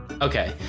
Okay